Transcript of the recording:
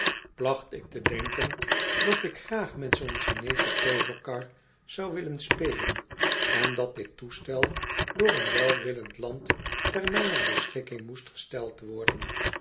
placht ik te denken dat ik graag met zoo'n chineesche tooverkar zou willen spelen en dat die toestel door een welwillend land ter mijner beschikking moest gesteld worden